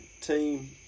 team